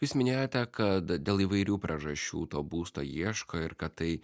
jūs minėjote kad dėl įvairių priežasčių to būsto ieško ir kad tai